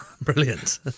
Brilliant